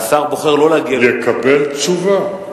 והשר בוחר לא להגיע, יקבל תשובה.